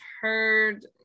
heard